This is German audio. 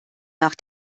nach